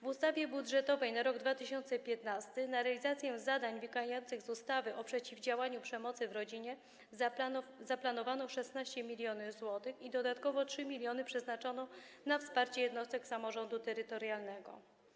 W ustawie budżetowej na rok 2015 na realizację zadań wynikających z ustawy o przeciwdziałaniu przemocy w rodzinie zaplanowano 16 mln zł i dodatkowo 3 mln przeznaczono na wsparcie jednostek samorządu terytorialnego.